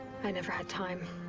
i never had time